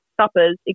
suppers